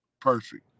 perfect